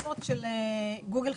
שוטפות של גוגל חיפוש.